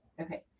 Okay